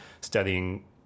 studying